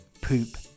poop